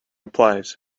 applies